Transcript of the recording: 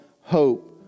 hope